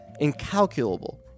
incalculable